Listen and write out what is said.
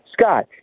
Scott